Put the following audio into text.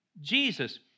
Jesus